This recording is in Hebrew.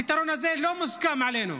הפתרון הזה לא מוסכם עלינו.